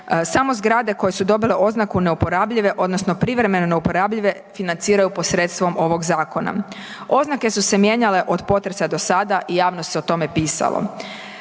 samo zgrade koje su dobile oznaku neuporabljive odnosno privremeno neuporabljive financiraju posredstvom ovog zakona. Oznake su se mijenjale od potresa do sada i javno se o tome pisalo.